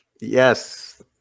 Yes